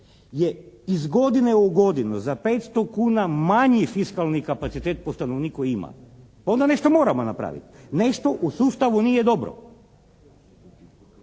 je iz godine u godinu za 500 kuna manji fiskalni kapacitet po stanovniku ima, onda nešto moramo napraviti. Nešto u sustavu nije dobro.